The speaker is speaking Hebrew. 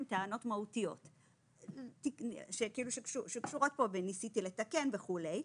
הן טענות מהותיות שקשורות כאן בניסיתי לתקן וכולי.